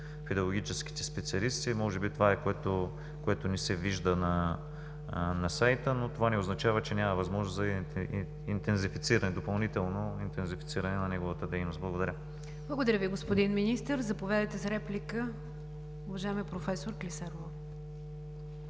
педагогическите специалисти“. Може би това е, което не се вижда на сайта, но това не означава, че няма възможност за допълнително интензифициране на неговата дейност. Благодаря. ПРЕДСЕДАТЕЛ НИГЯР ДЖАФЕР: Благодаря Ви, господин Министър. Заповядайте за реплика, уважаема професор Клисарова.